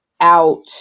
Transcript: out